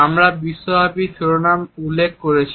আমরা বিশ্বব্যাপী শিরোনাম উল্লেখ করেছি